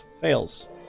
fails